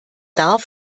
darf